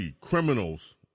criminals